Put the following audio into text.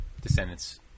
Descendants